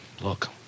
Look